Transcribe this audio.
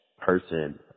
person